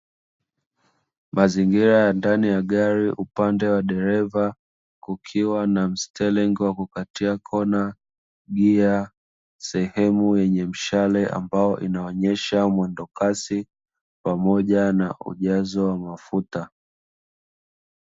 Mazingira ya ndani ya gari upande wa dereva kukiwa na steringi ya kukatia kona, gia, sehemu yenye mshale ambao unaonyesha mwendo kasi pamoja na ujazo wa mafuta.